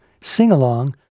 sing-along